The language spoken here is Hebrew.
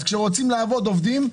כשרוצים לעבוד, עובדים,